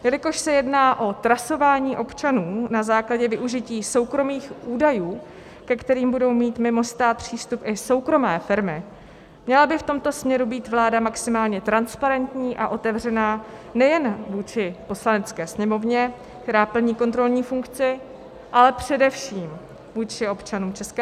Jelikož se jedná o trasování občanů na základě využití soukromých údajů, ke kterým budou mít mimo stát přístup i soukromé firmy, měla by v tomto směru být vláda maximálně transparentní a otevřená nejen vůči Poslanecké sněmovně, která plní kontrolní funkci, ale především vůči občanům ČR.